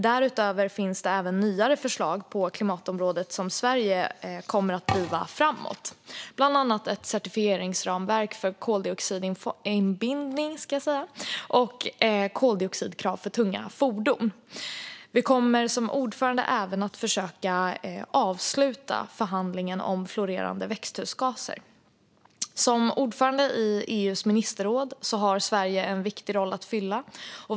Därutöver finns det även nyare förslag på klimatområdet som Sverige kommer att driva framåt, bland annat ett certifieringsramverk för koldioxidinbindning och koldioxidkrav för tunga fordon. Vi kommer som ordförande även att försöka avsluta förhandlingen om fluorerade växthusgaser. Som ordförande i EU:s ministerråd har Sverige en viktig roll att fylla.